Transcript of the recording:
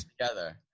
together